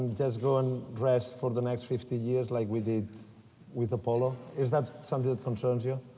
just go and rest for the next fifty years like we did with apollo. is that something that concerns you?